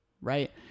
right